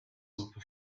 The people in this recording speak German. suppe